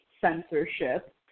censorship